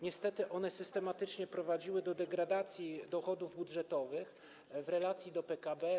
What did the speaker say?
Niestety one systematycznie prowadziły do degradacji dochodów budżetowych w relacji do PKB.